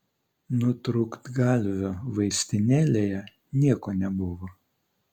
nutrūktgalvio vaistinėlėje nieko nebuvo